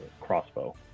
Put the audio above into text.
crossbow